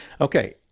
Okay